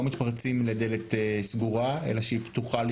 מתפרצים לדלת סגורה אלא שהיא פתוחה לרווחה,